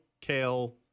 Kale